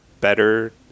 better